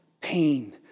pain